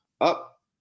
up